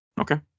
Okay